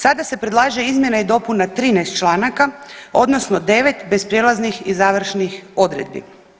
Sada se predlaže izmjena i dopuna 13 članaka odnosno 9 bez prijelaznih i završnih odredbi.